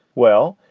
well,